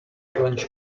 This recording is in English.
plunge